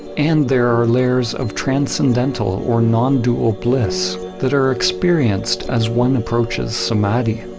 and there are layers of transcendental or non dual bliss that are experienced as one approaches samadhi.